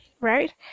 right